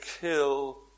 kill